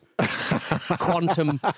Quantum